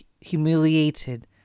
humiliated